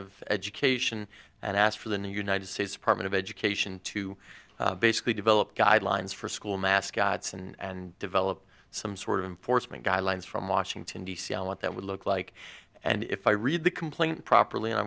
of education and asked for the new united states department of education to basically develop guidelines for school mascots and develop some sort of force make guidelines from washington d c what that would look like and if i read the complaint properly and i